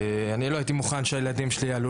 אני לא הייתי מוכן שהילדים שלי יעלו